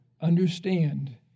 understand